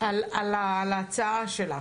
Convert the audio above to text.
על ההצעה שלך.